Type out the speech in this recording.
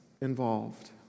involved